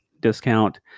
discount